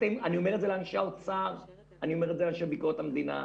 אני אומר את זה לאנשי האוצר ואני אומר את זה לאנשי ביקורת המדינה.